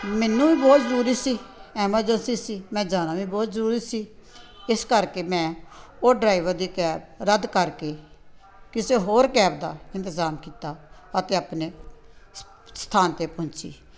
ਮੈਨੂੰ ਵੀ ਬਹੁਤ ਜ਼ਰੂਰੀ ਸੀ ਐਮਰਜੰਸੀ ਸੀ ਮੈਂ ਜਾਣਾ ਵੀ ਬਹੁਤ ਜ਼ਰੂਰੀ ਸੀ ਇਸ ਕਰਕੇ ਮੈਂ ਉਹ ਡਰਾਈਵਰ ਦੀ ਕੈਬ ਰੱਦ ਕਰਕੇ ਕਿਸੇ ਹੋਰ ਕੈਬ ਦਾ ਇੰਤਜ਼ਾਮ ਕੀਤਾ ਅਤੇ ਆਪਣੇ ਸ ਸਥਾਨ 'ਤੇ ਪਹੁੰਚੀ